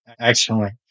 Excellent